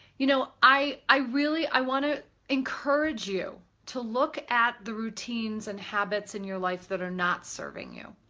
you know, i really, i want to encourage you to look at the routines and habits in your life that are not serving you.